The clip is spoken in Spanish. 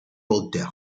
voltaire